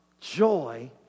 joy